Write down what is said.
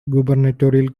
gubernatorial